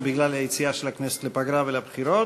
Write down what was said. בגלל היציאה של הכנסת לפגרה ולבחירות,